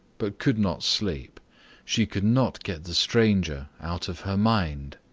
but could not sleep she could not get the stranger out of her mind.